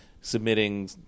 submitting